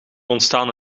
ontstaan